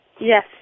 Yes